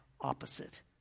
opposite